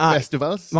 Festivals